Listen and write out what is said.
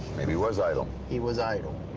maybe he was idle. he was idle.